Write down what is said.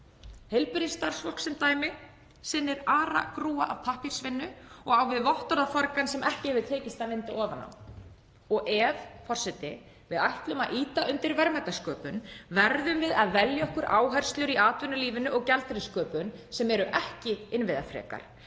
Heilbrigðisstarfsfólk sem dæmi sinnir aragrúa pappírsvinnu og á við vottorðafargan sem ekki hefur tekist að vinda ofan af. Forseti. Ef við ætlum að ýta undir verðmætasköpun verðum við að velja okkur áherslur í atvinnulífinu og gjaldeyrissköpun sem eru ekki innviðafrekar.